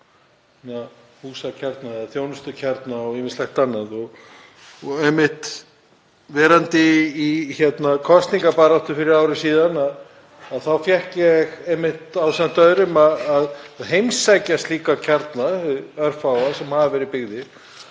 húsakjarna eða þjónustukjarna og ýmislegt annað, og verandi í kosningabaráttu fyrir ári síðan þá fékk ég ásamt öðrum að heimsækja slíka kjarna, örfáa, sem hafa verið byggðir.